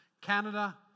Canada